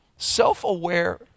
Self-aware